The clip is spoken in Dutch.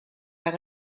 waar